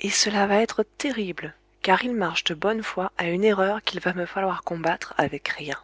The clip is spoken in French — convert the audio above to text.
et cela va être terrible car il marche de bonne foi à une erreur qu'il va me falloir combattre avec rien